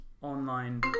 online